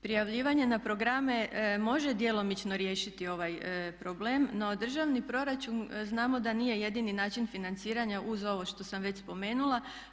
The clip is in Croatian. Prijavljivanje na programe može djelomično riješiti ovaj problem, no državni proračun znamo da nije jedini način financiranja uz ovo što sam već spomenula.